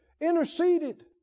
interceded